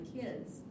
kids